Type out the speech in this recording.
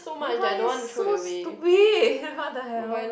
look but it's so stupid what the hell